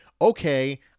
okay